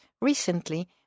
recently